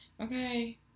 okay